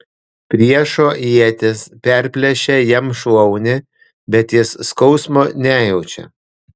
priešo ietis perplėšia jam šlaunį bet jis skausmo nejaučia